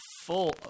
full